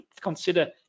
consider